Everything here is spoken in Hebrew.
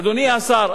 אדוני השר,